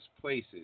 places